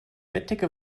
bettdecke